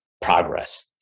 progress